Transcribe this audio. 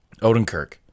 Odenkirk